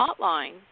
hotline